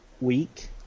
week